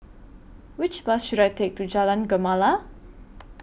Which Bus should I Take to Jalan Gemala